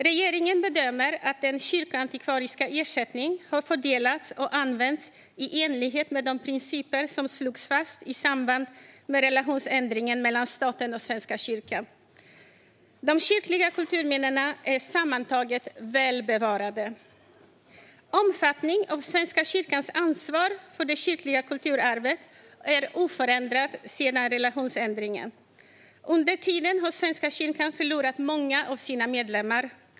Regeringen bedömer att den kyrkoantikvariska ersättningen har fördelats och använts i enlighet med de principer som slogs fast i samband med relationsändringen mellan staten och Svenska kyrkan. De kyrkliga kulturminnena är sammantaget väl bevarade. Omfattningen av Svenska kyrkans ansvar för det kyrkliga kulturarvet är oförändrad sedan relationsändringen. Under tiden har Svenska kyrkan förlorat många av sina medlemmar.